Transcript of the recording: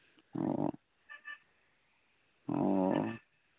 ꯑꯣ ꯑꯣ